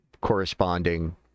corresponding